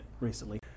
recently